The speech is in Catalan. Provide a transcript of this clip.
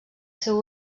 seu